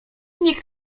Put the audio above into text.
nikt